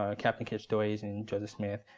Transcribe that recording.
ah captain kidd stories and joseph smith.